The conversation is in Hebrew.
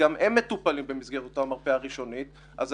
וגם הם מטופלים במסגרת אותה מרפאה ראשונית אני